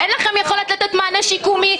אין לכם יכולת לתת מענה שיקומי,